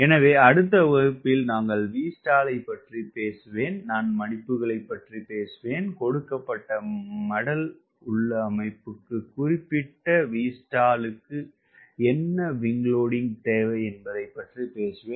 எனவே அடுத்த வகுப்பில் நாங்கள் Vstall ஐப் பற்றி பேசுவேன் நான் பிலாப்ஸ் பற்றி பேசுவேன் கொடுக்கப்பட்ட மடல் உள்ளமைவுக்கு குறிப்பிட்ட Vstall க்கு என்ன விங் லோடிங் தேவை என்பதைப் பற்றி பேசுவேன்